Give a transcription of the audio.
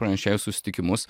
pranešėjų susitikimus